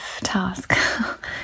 task